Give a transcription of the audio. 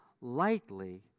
lightly